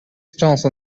stance